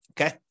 Okay